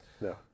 no